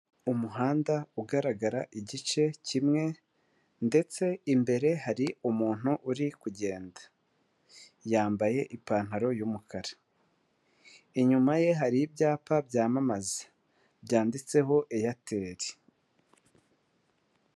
Umuhanda ugaragara igice kimwe ndetse imbere hari umuntu uri kugenda, yambaye ipantaro y'umukara, inyuma ye hari ibyapa byamamaza byanditseho eyateli.